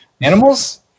Animals